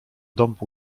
dąb